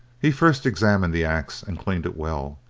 he first examined the axe and cleaned it well,